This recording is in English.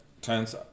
tense